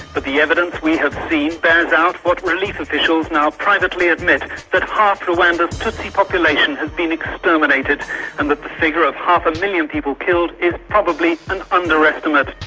but the evidence we have seen bears out what relief officials now privately admit that half rwanda's tutsi population has been exterminated and that the figure of half a million people killed is probably an underestimate.